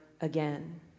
again